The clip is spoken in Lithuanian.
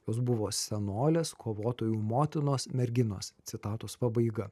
jos buvo senolės kovotojų motinos merginos citatos pabaiga